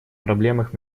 проблемах